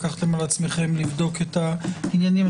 לקחתם על עצמכם לבדוק את העניינים.